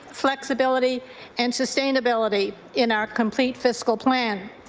flexibility and sustainability in our complete fiscal plan.